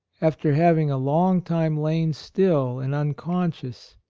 after having a long time lain still and un conscious,